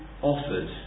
Offered